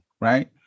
right